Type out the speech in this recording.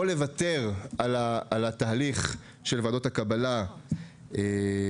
או לוותר על התהליך של ועדות הקבלה ולגדול,